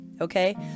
okay